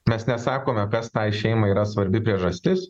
mes nesakome kas tai šeima yra svarbi priežastis